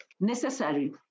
necessary